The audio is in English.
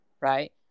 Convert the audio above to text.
right